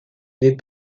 les